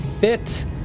Fit